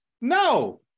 no